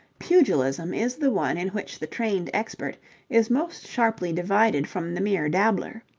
pugilism is the one in which the trained expert is most sharply divided from the mere dabbler.